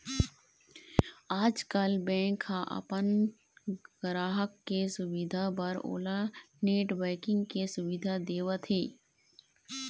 आजकाल बेंक ह अपन गराहक के सुबिधा बर ओला नेट बैंकिंग के सुबिधा देवत हे